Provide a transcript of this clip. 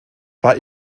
war